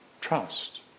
trust